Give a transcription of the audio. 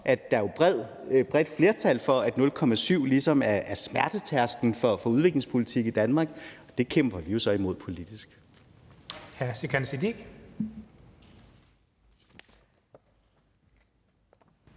at der er bredt flertal for, at 0,7 pct. ligesom er smertetærsklen for udviklingspolitik i Danmark. Det kæmper vi jo så imod politisk.